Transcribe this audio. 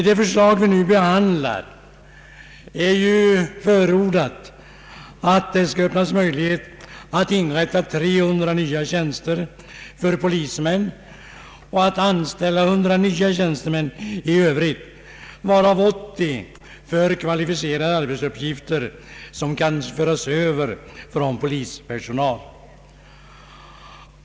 Det förslag vi nu behandlar innebär att det skall öppnas möjlighet att inrätta 300 nya tjänster för polismän och att anställa 120 nya tjänstemän i övrigt, av vilka 80 skall tas i anspråk för kvalificerade arbetsuppgifter som lämpligen kan föras över från polispersonal.